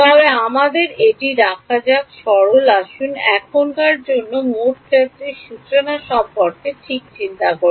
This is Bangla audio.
তবে আমাদের এটি রাখা যাক সরল আসুন এখনকার জন্য মোট ক্ষেত্রের সূচনা সম্পর্কে ঠিক চিন্তা করি